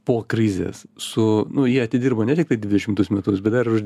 po krizės su nu jie atidirbo ne tiktai dvidešimtus metus bet dar ir už